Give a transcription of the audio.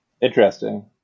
interesting